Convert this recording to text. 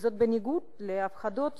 וזה בניגוד להפחדות